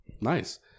Nice